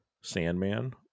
Sandman